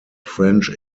french